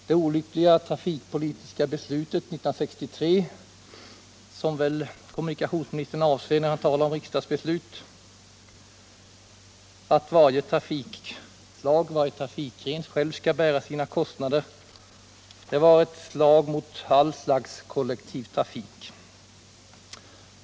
Det olyckliga trafikpolitiska beslutet 1963 — som väl kommunikationsministern avser när han talar om riksdagsbeslut —, nämligen att varje trafikgren själv skall bära sina kostnader, var ett slag mot all kollektiv trafik.